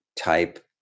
type